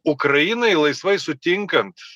ukrainai laisvai sutinkant